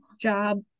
job